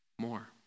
more